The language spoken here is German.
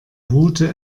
route